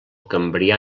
cambrià